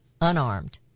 unarmed